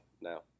now